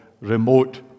remote